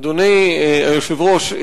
אדוני היושב-ראש,